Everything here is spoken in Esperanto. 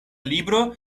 libro